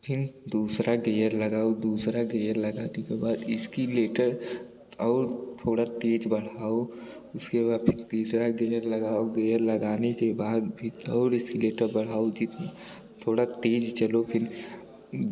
फ़िर दूसरा गेयर लगाओ दूसरा गेयर लगाने के बाद इस्किलेटर और थोड़ा तेज़ बढ़ाओ उसके बाद फ़िर तीसरा गेयर लगाओ गेयर लगाने के बाद फ़िर और इस्किलेटर बढ़ाओ थोड़ा तेज़ चलो फ़िर